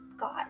God